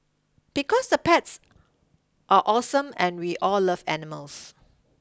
because the pets are awesome and we all love animals